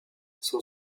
son